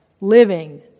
living